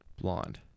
Blonde